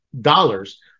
dollars